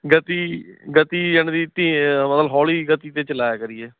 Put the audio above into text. ਗਤੀ ਗਤੀ ਯਾਨੀ ਦੀ ਧੀਂ ਮਤਲਬ ਹੌਲੀ ਗਤੀ 'ਤੇ ਚਲਾਇਆ ਕਰੀਏ